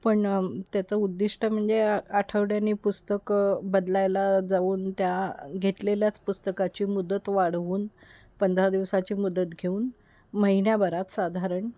पण त्याचं उद्दिष्ट म्हणजे आठवड्यानी पुस्तकं बदलायला जाऊन त्या घेतलेल्याच पुस्तकाची मुदत वाढवून पंधरा दिवसाची मुदत घेऊन महिन्याभरात साधारण